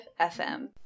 FM